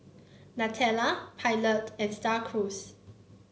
Nutella Pilot and Star Cruise